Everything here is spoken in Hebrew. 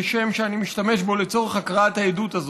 זה שם שאני משתמש בו לצורך הקראת העדות הזאת,